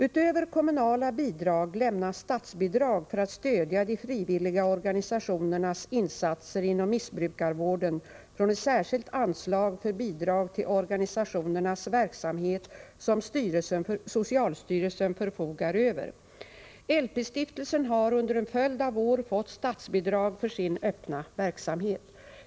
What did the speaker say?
Utöver kommunala bidrag lämnas statsbidrag för att stödja de frivilliga organisationernas insatser inom missbrukarvården från ett särskilt anslag för bidrag till organisationernas verksamhet som socialstyrelsen förfogar över. LP-stiftelsen har under en följd av år fått statsbidrag för sin öppna verksamhet.